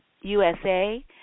USA